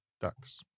ducks